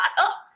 up